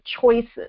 choices